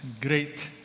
great